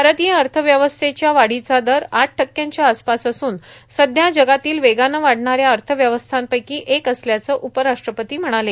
भारतीय अर्थव्यवस्थेच्या वाढीचा दर आठ टक्क्यांच्या आसपास असून सध्या जगातील वेगानं वाढणाऱ्या अर्थव्यवस्थांपैकी एक असल्याचं उपराष्ट्रपती म्हणाले